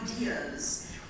ideas